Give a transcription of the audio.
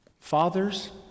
Fathers